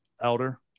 Elder